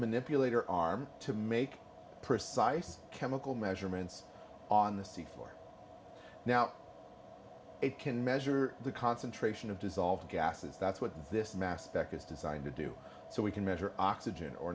manipulator arm to make precise chemical measurements on the sea floor now it can measure the concentration of dissolved gases that's what this mass spec is designed to do so we can measure oxygen or